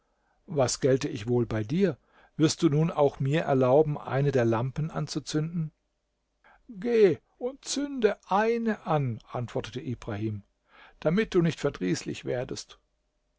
was gelte ich wohl bei dir wirst du nun auch mir erlauben eine der lampen anzuzünden geh und zünde eine an antwortete ibrahim damit du nicht verdrießlich werdest